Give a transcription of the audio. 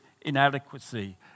inadequacy